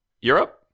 Europe